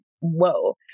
Whoa